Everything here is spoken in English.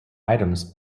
items